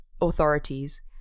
authorities